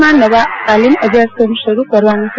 માં નવા તાલીમ અભ્યાસક્રમા શરૃ કરવાનું છે